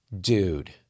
dude